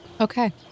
Okay